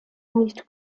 nicht